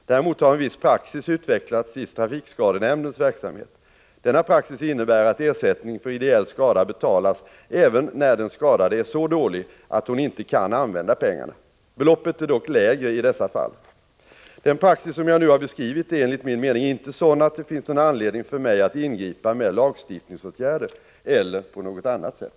Däremot har en viss praxis utvecklats i Trafikskadenämndens verksamhet. Denna praxis innebär att ersättning för ideell skada betalas även när den skadade är så dålig att hon inte kan använda pengarna. Beloppet är dock lägre i dessa fall. Den praxis som jag nu har beskrivit är enligt min mening inte sådan att det finns någon anledning för mig att ingripa med lagstiftningsåtgärder eller på annat sätt.